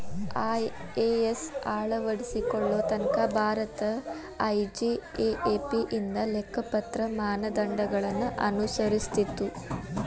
IAS ಅಳವಡಿಸಿಕೊಳ್ಳೊ ತನಕಾ Bharat IGAAP ಇಂದ ಲೆಕ್ಕಪತ್ರ ಮಾನದಂಡಗಳನ್ನ ಅನುಸರಿಸ್ತಿತ್ತು